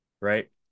right